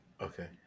Okay